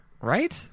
Right